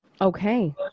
Okay